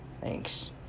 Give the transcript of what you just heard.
Thanks